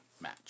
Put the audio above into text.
match